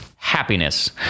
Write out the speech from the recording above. happiness